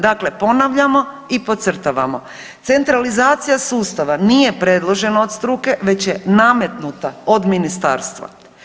Dakle ponavljamo i podcrtavamo centralizacija sustava nije predložena od struke već je nametnuta od ministarstva.